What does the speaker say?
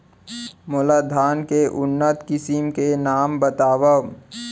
मोटा धान के उन्नत किसिम के नाम बतावव?